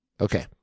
Okay